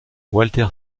walter